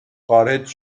خارج